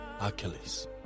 Achilles